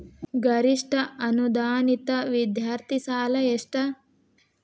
ಗರಿಷ್ಠ ಅನುದಾನಿತ ವಿದ್ಯಾರ್ಥಿ ಸಾಲ ಎಷ್ಟ